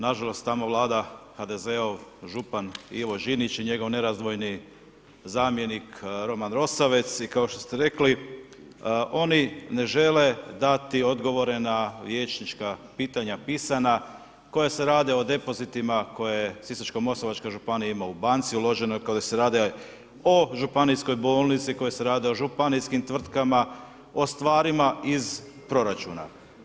Nažalost, tamo vlada HDZ-ov župan Ivo Žinić i njegov nerazdvojni zamjeni Roman Rosavec i kao što ste rekli, oni ne žele dati odgovore na viječnička pitanja pisana koja se rade o depozitima koje Sisačko-moslavačka županija ima u banci uloženoj, koje se rade o županijskoj bolnici, koje se rade o županijskim tvrtkama, o stvarima iz proračuna.